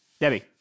Debbie